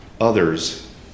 others